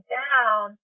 down